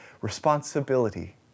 responsibility